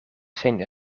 zijn